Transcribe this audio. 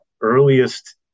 earliest